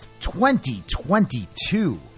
2022